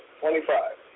twenty-five